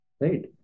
right